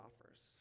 offers